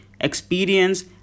experience